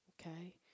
Okay